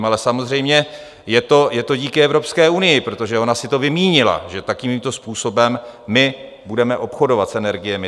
Ale samozřejmě je to díky Evropské unii, protože ona si to vymínila, že takovýmto způsobem my budeme obchodovat s energiemi.